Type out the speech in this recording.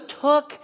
took